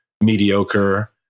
mediocre